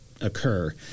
occur